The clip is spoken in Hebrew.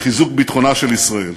לחיזוק ביטחונה של ישראל.